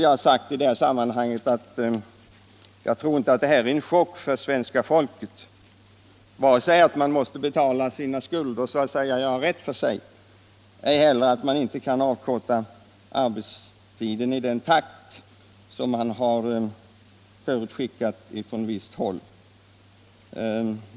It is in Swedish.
Jag tror inte att det kommer som någon chock för svenska folket vare sig att man måste betala sina skulder och så att säga göra rätt för sig eller att man inte kan avkorta arbetstiden i den takt som förutskickats från visst håll.